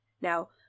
Now